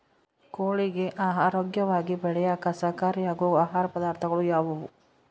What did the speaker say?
ಕೋಳಿಗೆ ಆರೋಗ್ಯವಾಗಿ ಬೆಳೆಯಾಕ ಸಹಕಾರಿಯಾಗೋ ಆಹಾರ ಪದಾರ್ಥಗಳು ಯಾವುವು?